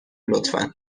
لطفا